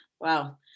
wow